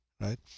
right